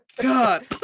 god